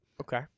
okay